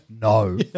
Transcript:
no